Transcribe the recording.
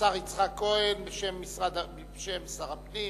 השר יצחק כהן בשם שר הפנים